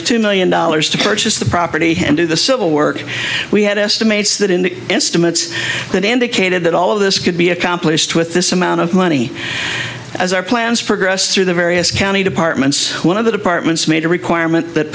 of two million dollars to purchase the property and do the civil work we had estimates that in the estimates that indicated that all of this could be accomplished with this amount of money as our plans progress through the various county departments one of the departments made a requirement that